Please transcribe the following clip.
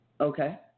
Okay